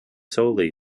solely